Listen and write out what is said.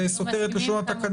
זה סותר את לשון התקנה.